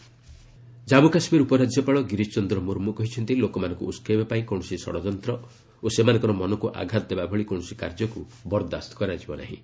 JK governor Jammu Kashmir ଉପରାଜ୍ୟପାଳ ଗରିଶ ଚନ୍ଦ୍ର ମର୍ମୁ କହିଛନ୍ତି ଲୋକମାନଙ୍କୁ ଉସକାଇବା ପାଇଁ କୌଣସି ଷଡ଼ଯନ୍ତ୍ର ଓ ସେମାନଙ୍କର ମନକୁ ଆଘାତ ଦେବାଭଳି କୌଣସି କାର୍ଯ୍ୟକୁ ବରଦାସ୍ତ କରାଯିବ ନାହିଁ